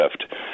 shift